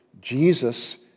Jesus